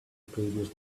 previous